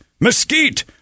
Mesquite